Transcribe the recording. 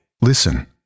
Listen